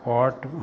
pot